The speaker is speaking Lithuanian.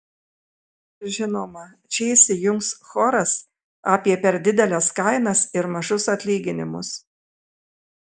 žinoma čia įsijungs choras apie per dideles kainas ir mažus atlyginimus